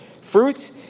fruits